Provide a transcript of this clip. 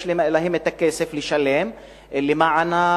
יש להם כסף לשלם לבדיקה.